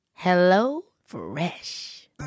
HelloFresh